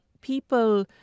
people